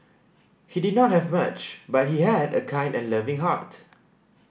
he did not have much but he had a kind and loving heart